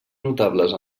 notables